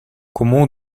кому